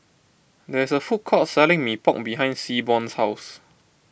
there is a food court selling Mee Pok behind Seaborn's house